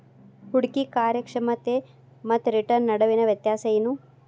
ಹೂಡ್ಕಿ ಕಾರ್ಯಕ್ಷಮತೆ ಮತ್ತ ರಿಟರ್ನ್ ನಡುವಿನ್ ವ್ಯತ್ಯಾಸ ಏನು?